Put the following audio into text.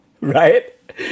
Right